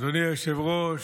אדוני היושב-ראש,